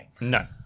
No